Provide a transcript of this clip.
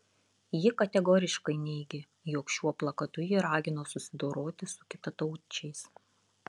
ji kategoriškai neigė jog šiuo plakatu ji ragino susidoroti su kitataučiais